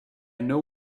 know